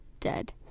dead